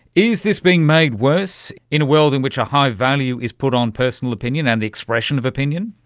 is this being made worse in a world in which a high value is put on personal opinion and the expression of opinion?